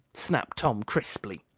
snapped tom crisply.